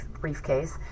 briefcase